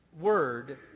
word